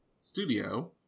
studio